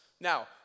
Now